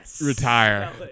retire